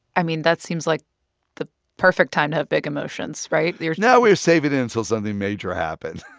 i mean, that seems like the perfect time to have big emotions, right? your. no, we're saving it until something major happened